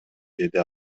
деди